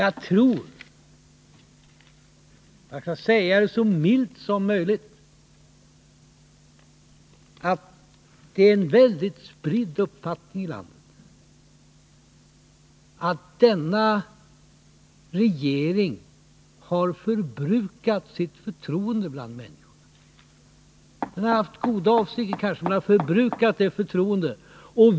Jag tror — jag skall säga det så milt som möjligt — att det är en väldigt spridd uppfattning i landet, att denna regering har förbrukat sitt förtroende bland människorna. Den har kanske goda avsikter, men den har förbrukat förtroendet.